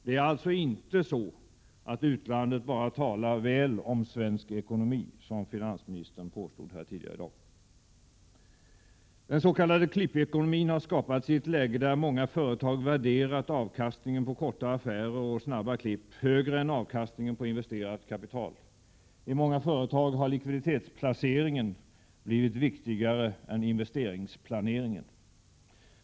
Det är alltså inte så att utlandet bara talar väl om svensk ekonomi, något som finansministern påstod här tidigare i dag. Den s.k. klippekonomin har skapats i ett läge där många företag värderat avkastningen på korta affärer och snabba ”klipp” högre än avkastningen på investerat kapital. I många företag har likviditetsplaceringen blivit viktigare än investeringsplaneringen.